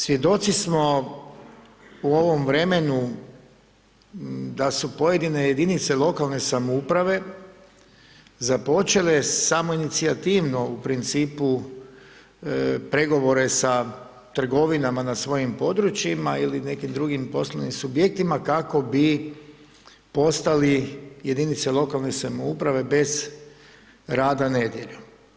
Svjedoci smo u ovom vremenu da su pojedine jedinice lokalne samouprave započele samoinicijativno u principu pregovore sa trgovinama na svojim područjima ili nekim drugim poslovnim subjektima, kako bi postali jedinice lokalne samouprave bez rada nedjeljom.